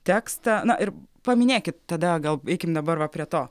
tekstą na ir paminėkit tada gal eikim dabar va prie to